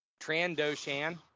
Trandoshan